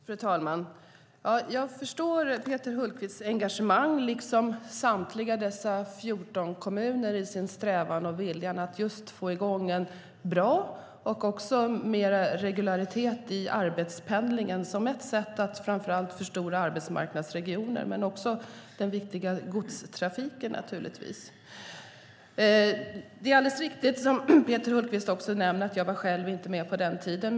Fru talman! Jag förstår Peter Hultqvists engagemang, liksom samtliga dessa 14 kommuner, i deras strävan och vilja att få i gång något bra och även mer regularitet i arbetspendlingen, som ett sätt att framför allt förstora arbetsmarknadsregioner men också hantera den viktiga godstrafiken. Det är alldeles riktigt som Peter Hultqvist nämner att jag själv inte var med på den tiden.